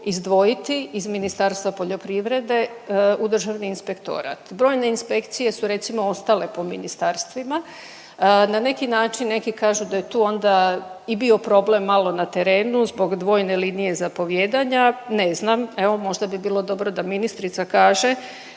izdvojiti iz Ministarstva poljoprivrede u Državni inspektorat. Brojne inspekcije su recimo ostale po ministarstvima. Na neki način neki kažu da je tu onda i bio problem malo na terenu zbog dvojne linije zapovijedanja. Ne znam, evo možda bi bilo dobro da ministrica kaže